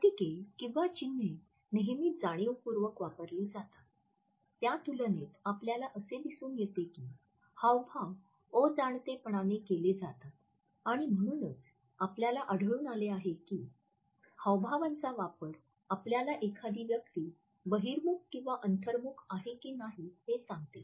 प्रतीके किंवा चिन्हे नेहमी जाणीवपूर्वक वापरली जातात त्या तुलनेत आपल्याला असे दिसून येते की हावभाव अजाणतेपणाने केले जातात आणि म्हणूनच आपल्याला आढळून आले की हावभावांचा वापर आपल्याला एखादी व्यक्ती बहिर्मुख किंवा अंतर्मुख आहे की नाही हे सांगते